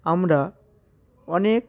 আমরা অনেক